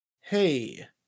Hey